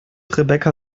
rebecca